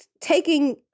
taking